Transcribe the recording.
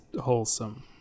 wholesome